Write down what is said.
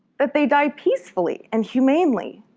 that they die peacefully and humanely.